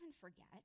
forget